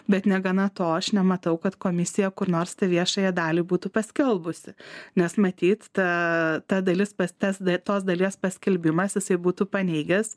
bet negana to aš nematau kad komisija kur nors tą viešąją dalį būtų paskelbusi nes matyt ta ta dalis pas tas tos dalies paskelbimas jisai būtų paneigęs